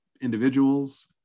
individuals